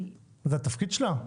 זה התפקיד שלה?